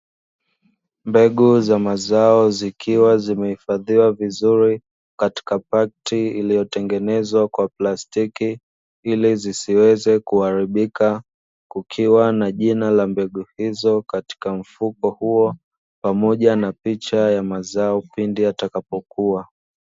Mbegu za mazao zikiwa zimehifadhiwa vizuri katika pakti iliyotengenezwa kwa plastiki, ili zisiweze kuharibika kukiwa na jina la mbegu hizo katika mfuko huo, pamoja na picha ya mazao pindi yatakapokua.